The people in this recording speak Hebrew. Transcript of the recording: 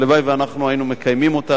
הלוואי שאנחנו היינו מקיימים אותה,